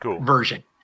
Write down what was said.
version